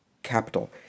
capital